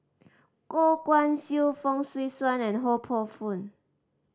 Goh Guan Siew Fong Swee Suan and Ho Poh Fun